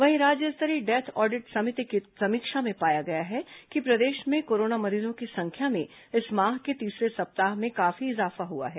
वहीं राज्य स्तरीय डेथ ऑडिट समिति की समीक्षा में पाया गया है कि प्रदेश में कोरोना मरीजों की संख्या में इस माह के तीसरे सप्ताह में काफी इजाफा हुआ है